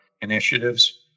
initiatives